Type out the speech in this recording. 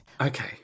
okay